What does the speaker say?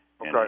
Okay